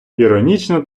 іронічно